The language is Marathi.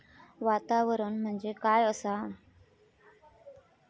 वातावरण म्हणजे काय असा?